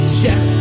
check